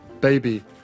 baby